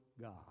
God